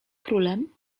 królem